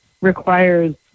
requires